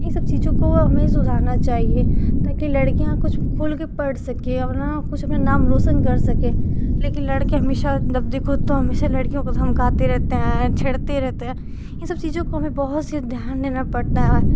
ये सब चीजों को हमें सुधारना चाहिए ताकि लड़कियों को कुछ यानी की कुछ पढ़ सकें और न कुछ नाम रौशन कर सके लेकिन लड़के हमेशा जब देखो तो हमेशा लड़कियों को धमकाते रहते हैं छेड़ते रहते हैं ये सब चीजों को हमें बहुत से ध्यान देना पड़ता है